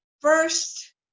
first